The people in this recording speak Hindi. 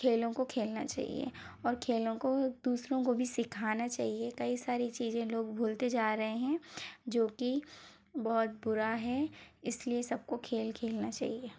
खेलों को खेलना चाहिए और खेलों को दूसरों को भी सीखाना चाहिए कई सारी चीज़ें लोग भूलते जा रहे हैं जो कि बहुत बुरा है इसलिए सबको खेल खेलना चाहिए